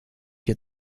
hier